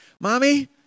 Mommy